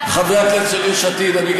חברי הכנסת של יש עתיד, מה אתה מציע?